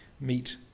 meet